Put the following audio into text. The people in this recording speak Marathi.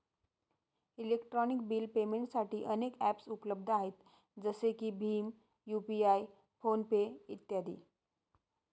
इलेक्ट्रॉनिक बिल पेमेंटसाठी अनेक ॲप्सउपलब्ध आहेत जसे की भीम यू.पि.आय फोन पे इ